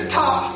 top